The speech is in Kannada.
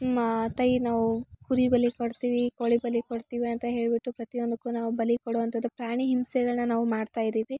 ಅಮ್ಮ ತಾಯಿ ನಾವು ಕುರಿ ಬಲಿ ಕೊಡ್ತಿವಿ ಕೋಳಿ ಬಲಿ ಕೊಡ್ತಿವಂತ ಹೇಳಿಬಿಟ್ಟು ಪ್ರತಿಯೊಂದಕ್ಕು ನಾವು ಬಲಿ ಕೊಡುವಂಥದ್ದು ಪ್ರಾಣಿ ಹಿಂಸೆಗಳ್ನ ನಾವು ಮಾಡ್ತಾಯಿದೀವಿ